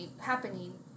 happening